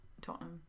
Tottenham